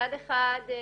כשמצד אחד,